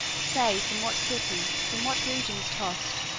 say from what city, from what regions tossed,